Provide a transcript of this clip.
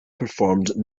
performed